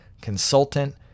consultant